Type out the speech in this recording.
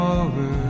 over